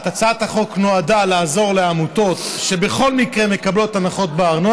הצעת חוק לתיקון פקודת מיסי העירייה